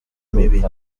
mibi